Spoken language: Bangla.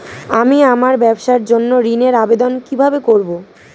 আমি আমার ব্যবসার জন্য ঋণ এর আবেদন কিভাবে করব?